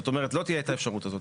זאת אומרת, לא תהיה את האפשרות הזאת.